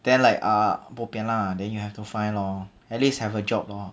then like ah bo pian lah then you have to find lor at least have a job lor